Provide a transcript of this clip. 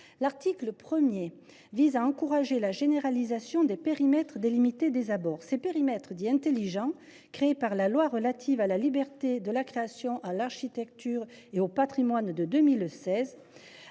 L’article 1 du texte encourage la généralisation des périmètres délimités des abords. Ces périmètres, dits intelligents, créés par la loi de 2016 relative à la liberté de la création, à l’architecture et au patrimoine,